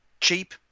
cheap